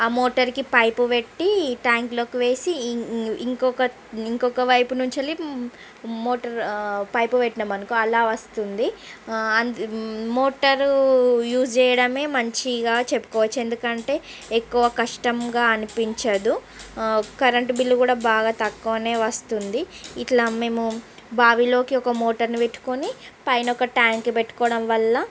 ఆ మోటర్కి పైపు పెట్టి ట్యాంక్లోకి వేసి ఇంకొక ఇంకొక వైపు నుంచి వెళ్లి మోటర్ పైపు పెట్టినమనుకో అలా వస్తుంది మోటారు యూజ్ చేయడమే మంచిగా చెప్పుకోవచ్చు ఎందుకంటే ఎక్కువ కష్టంగా అనిపించదు కరెంట్ బిల్లు కూడా బాగా తక్కువనే వస్తుంది ఇట్లా మేము బావిలోకి ఒక మోటార్ని పెట్టుకొని పైన ఒక ట్యాంక్ పెట్టుకోవడం వల్ల